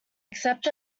accept